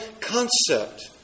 concept